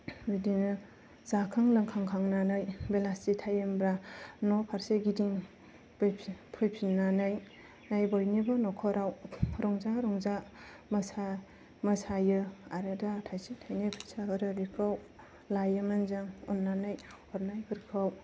बिदिनो जाखां लोंखां खांनानै बेलासि टाइमब्ला न'फारसे गिदिङो फैफिन फैफिननानै बयनिबो न'खराव रंजा रंजा मोसा मोसायो आरो दा थायसे थायनै फैसा हरो बेखौ लायोमोन जों अननानै हरनायफोरखौ